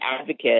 advocate